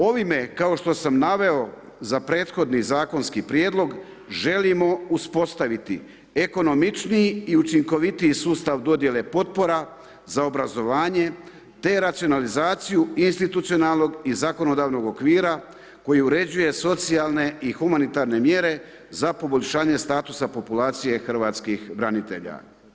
Ovime kao što sam naveo za prethodni zakonski prijedlog želimo uspostaviti ekonomičniji i učinkovitiji sustav dodjele potpora za obrazovanje te racionalizaciju institucionalnog i zakonodavnog okvira koji uređuje socijalne i humanitarne mjere za poboljšanje statusa populacije hrvatskih branitelja.